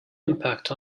impact